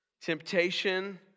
Temptation